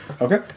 Okay